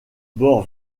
bord